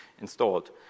installed